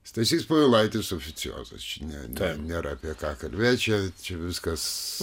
stasys povilaitis oficiozas ne ne nėra apie ką kalbėt čia čia viskas